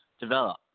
develop